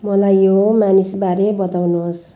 मलाई यो मानिसबारे बताउनुहोस्